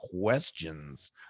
questions